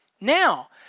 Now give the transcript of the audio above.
now